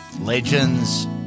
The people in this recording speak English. Legends